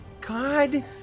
God